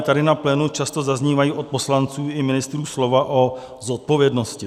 Tady na plénu často zaznívají od poslanců i ministrů slova o zodpovědnosti.